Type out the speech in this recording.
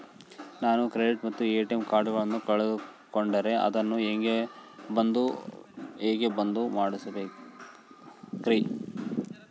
ನಾನು ಕ್ರೆಡಿಟ್ ಮತ್ತ ಎ.ಟಿ.ಎಂ ಕಾರ್ಡಗಳನ್ನು ಕಳಕೊಂಡರೆ ಅದನ್ನು ಹೆಂಗೆ ಬಂದ್ ಮಾಡಿಸಬೇಕ್ರಿ?